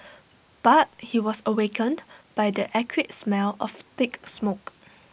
but he was awakened by the acrid smell of thick smoke